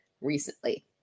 recently